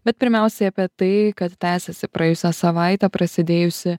bet pirmiausiai apie tai kad tęsiasi praėjusią savaitę prasidėjusi